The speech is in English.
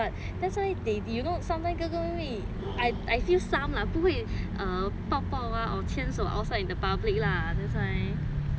but that's why they did you know sometimes 哥哥妹妹 I I feel some lah 不会 err 抱抱 ah or 牵手 outside in the public lah that's why